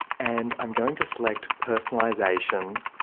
and i'm going to select personalization.